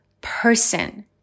person